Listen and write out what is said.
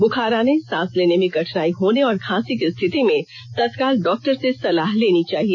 ब्रुखार आने सांस लेने में कठिनाई होने और खांसी की स्थिति में तत्काल डॉक्टर से सलाह लेनी चाहिए